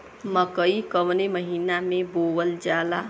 मकई कवने महीना में बोवल जाला?